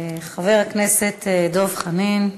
חבר הכנסת דב חנין.